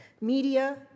media